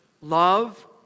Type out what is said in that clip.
love